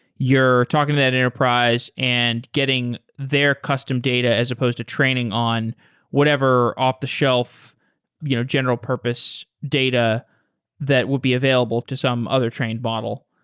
you're talking to that enterprise and getting their custom data as supposed to training on whatever whatever off-the-shelf you know general purpose data that would be available to some other trained model.